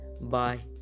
bye